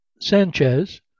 Sanchez